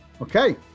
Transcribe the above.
Okay